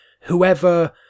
whoever